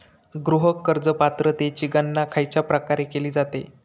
गृह कर्ज पात्रतेची गणना खयच्या प्रकारे केली जाते?